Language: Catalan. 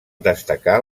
destacar